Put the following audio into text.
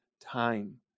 time